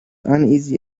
uneasy